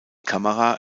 kamera